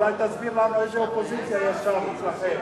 אולי תסביר לנו איזו אופוזיציה יש שם אצלכם.